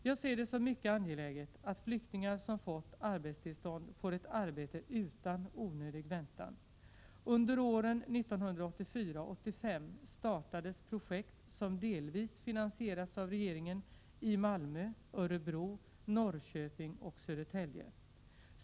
Jag ser det som mycket angeläget att flyktingar som fått arbetstillstånd får ett arbete utan onödig väntan. Under åren 1984-1985 startades projekt, som delvis finansierats av regeringen, i Malmö, Örebro, Norrköping och Södertälje.